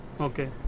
okay